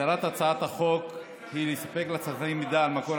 מטרת הצעת החוק היא לספק לצרכנים מידע על מקור